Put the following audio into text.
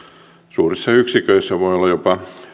suurissa yksiköissä voi olla jopa